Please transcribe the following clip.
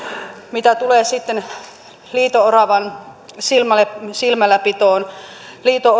mitä tulee sitten liito oravan silmälläpitoon liito